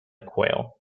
quail